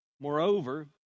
Moreover